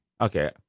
Okay